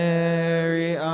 Mary